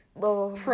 pro